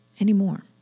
anymore